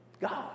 God